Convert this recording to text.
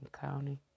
County